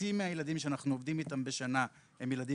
שחצי מהילדים שאנחנו עובדים איתם בשנה הם ילדים